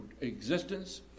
existence